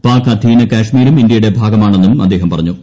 പാക് അധീന കാശ്മീരും ഇന്ത്യയുടെ ഭാഗമാണെന്നും അദ്ദേഹം പറഞ്ഞു